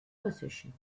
position